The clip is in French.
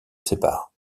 sépare